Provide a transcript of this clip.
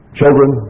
children